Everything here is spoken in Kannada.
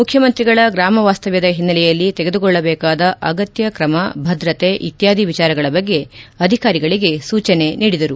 ಮುಖ್ಯಮಂತ್ರಿಗಳ ಗ್ರಾಮ ವಾಸ್ತವ್ದದ ಒನ್ನೆಲೆಯಲ್ಲಿ ತೆಗೆದುಕೊಳ್ಳಬೇಕಾದ ಅಗತ್ಯ ಕ್ರಮ ಭದ್ರತೆ ಇತ್ಯಾದಿ ವಿಚಾರಗಳ ಬಗ್ಗೆ ಅಧಿಕಾರಿಗಳಿಗೆ ಸೂಚನೆ ನೀಡಿದರು